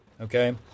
Okay